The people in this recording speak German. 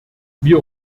wir